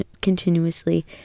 continuously